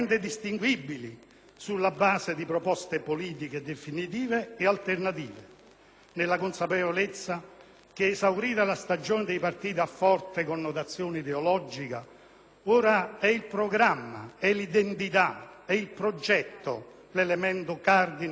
nella consapevolezza che, esaurita la stagione dei partiti a forte connotazione ideologica, ora è il programma, l'identità, il progetto l'elemento cardine per imbastire e qualificare le alleanze politiche. A mio avviso,